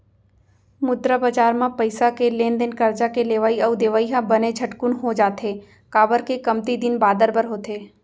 मुद्रा बजार म पइसा के लेन देन करजा के लेवई अउ देवई ह बने झटकून हो जाथे, काबर के कमती दिन बादर बर होथे